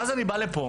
ואז אני בא לפה